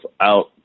out